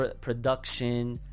production